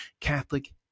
catholic